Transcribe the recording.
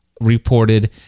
reported